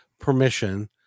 permission